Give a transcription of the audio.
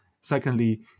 secondly